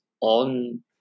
on